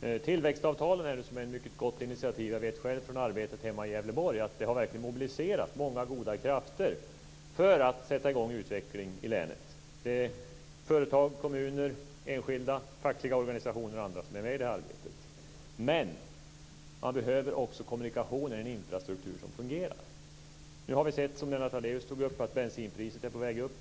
Tillväxtavtalen är ett mycket gott initiativ. Jag vet själv från arbetet hemma i Gävleborg att det verkligen har mobiliserat många goda krafter för att sätta i gång utveckling i länet. Det är företag, kommuner, enskilda, fackliga organisationer och andra som är med i det arbetet. Men man behöver också kommunikationer och en infrastruktur som fungerar. Som Lennart Daléus tog upp har vi sett att bensinpriset är på väg upp.